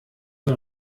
ein